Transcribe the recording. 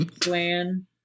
plan